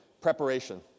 preparation